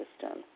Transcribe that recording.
system